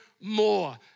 more